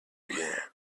again